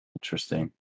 Interesting